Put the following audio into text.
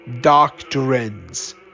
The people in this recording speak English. doctrines